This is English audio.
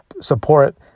support